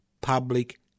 public